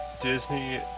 Disney